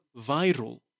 viral